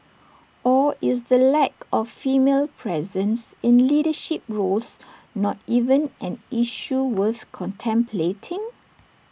or is the lack of female presence in leadership roles not even an issue worth contemplating